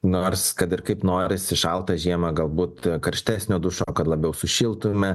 nors kad ir kaip norisi šaltą žiemą galbūt karštesnio dušo kad labiau sušiltume